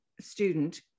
student